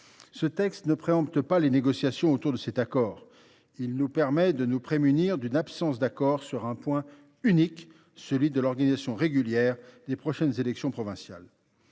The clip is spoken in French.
Ce texte ne préempte pas les négociations autour de cet accord ; il nous permet de nous prémunir d’une absence d’accord sur un point unique, celui de l’organisation régulière des prochaines élections provinciales.